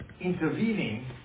intervening